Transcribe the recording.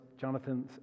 Jonathan